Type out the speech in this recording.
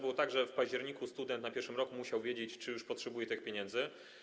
Było tak, że w październiku student na pierwszym roku musiał wiedzieć, czy już potrzebuje tych pieniędzy.